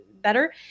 better